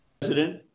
President